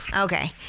okay